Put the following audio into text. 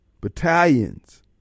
battalions